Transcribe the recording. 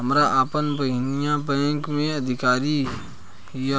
हमार आपन बहिनीई बैक में अधिकारी हिअ